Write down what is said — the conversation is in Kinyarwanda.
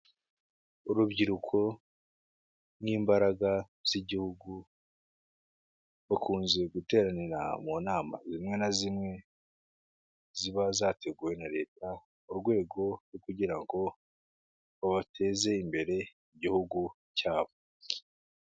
Urubyiruko ni imbaraga z'igihugu, bakunze guteranira mu nama zimwe na zimwe ziba zateguwe na leta mu rwego rwo kugira ngo bateze imbere igihugu cyabo.